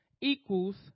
equals